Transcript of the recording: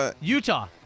Utah